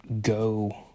go